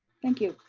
thank you.